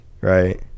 right